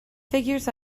figures